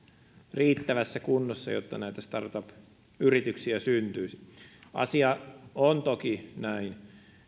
riittävässä kunnossa jotta näitä startup yrityksiä syntyisi asia on toki näin